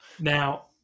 Now